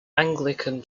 anglican